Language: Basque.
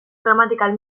gramatikal